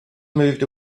moved